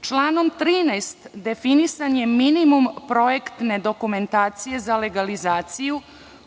Članom 13. definisan je minimum projektne dokumentacije za legalizaciju